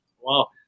Wow